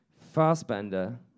Fassbender